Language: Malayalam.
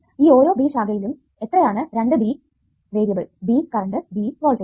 ഈ ഓരോ B ശാഖയിലും എത്രയാണ് 2B variable B current B voltage